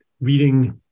reading